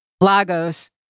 Lagos